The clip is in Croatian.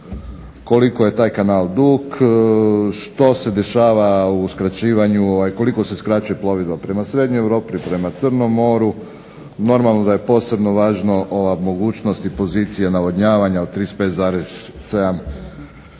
koliko je taj kanal dug, što se dešava u skraćivanju, koliko se skraćuje plovidba prema Srednjoj Europi, prema Crnom moru. Normalno da je posebno važno ova mogućnost i pozicija navodnjavanja od 35